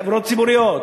בחברות ציבוריות.